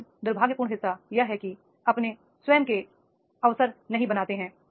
लेकि न दु र्भा ग्यपूर्ण हिस्सा यह है कि वे अपने स्वयं के अवसर नहीं बनाते हैं